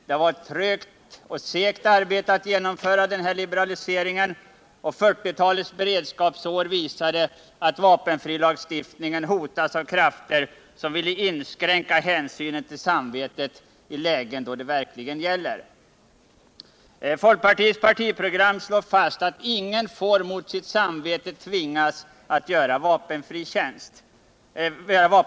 Det har varit ett segt och trögt arbete att genomföra denna liberalisering — och 1940-talets beredskapsår visade att vapenfrilagstiftningen hotades av krafter som ville inskränka hänsynen till samvetet i lägen då det verkligen gäller. Folkpartiets partiprogram slår fast att ingen får mot sitt samvete tvingas att göra vapentjänst.